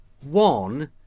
One